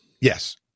Yes